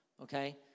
Okay